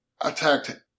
attacked